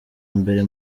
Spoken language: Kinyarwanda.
mbere